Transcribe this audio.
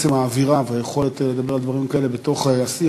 עצם האווירה והיכולת לדבר על דברים כאלה בתוך השיח,